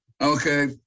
Okay